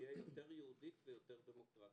שתהיה יותר יהודית ויותר דמוקרטית.